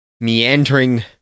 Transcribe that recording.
meandering